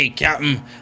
Captain